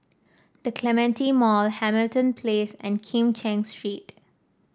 The Clementi Mall Hamilton Place and Kim Cheng Street